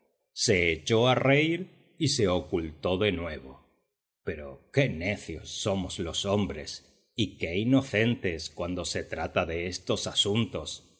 se echó a reír y se ocultó de nuevo pero qué necios somos los hombres y qué inocentes cuando se trata de estos asuntos